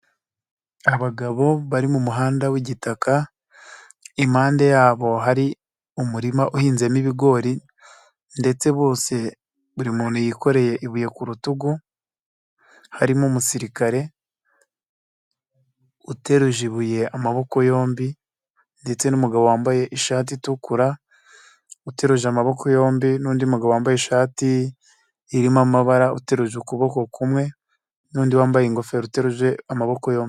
Abagabo bari mu muhanda w'igitaka, impande yabo hari umurima uhinzemo ibigori ndetse bose buri muntu yikoreye ibuye ku rutugu, harimo umusirikare uteruje ibuye amaboko yombi ndetse n'umugabo wambaye ishati itukura uteruje amaboko yombi, n'undi mugabo wambaye ishati irimo amabara uteruje ukuboko kumwe n'undi wambaye ingofero uteruje amaboko yombi.